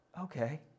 okay